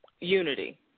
unity